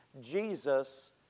Jesus